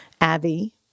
Abby